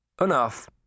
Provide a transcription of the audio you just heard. Enough